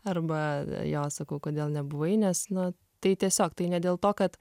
arba jo sakau kodėl nebuvai nes na tai tiesiog tai ne dėl to kad